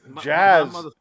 Jazz